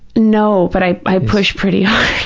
no, but i i push pretty hard.